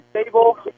stable